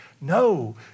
No